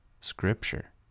Scripture